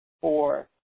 four